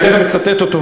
אני תכף אצטט אותו,